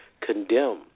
condemn